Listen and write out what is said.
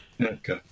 Okay